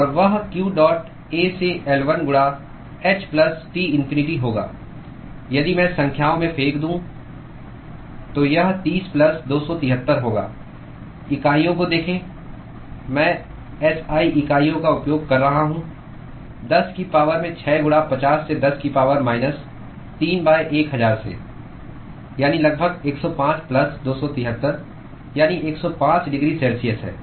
और वह q dot A से L1 गुणा h प्लस T इन्फिनिटी होगा यदि मैं संख्याओं में फेंक दूं तो यह 30 प्लस 273 होगा इकाइयों को देखें मैं SI इकाइयों का उपयोग कर रहा हूं 10 की पावर में 6 गुणा 50 से 10 की पावर माइनस 3 1000 से यानी लगभग 105 प्लस 273 यानी 105 डिग्री सेल्सियस है